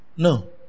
No